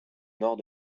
nord